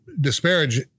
disparage